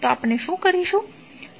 તો આપણે શું કરીશું